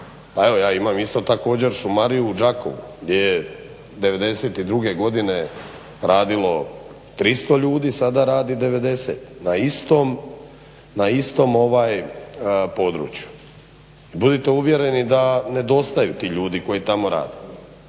evo ja imam isto također šumariju u Đakovu gdje je '92. godine radilo 300 ljudi, sada radi 90, na istom području. Budite uvjereni da nedostaju ti ljudi koji tamo rade.